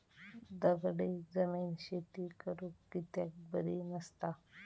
दगडी जमीन शेती करुक कित्याक बरी नसता?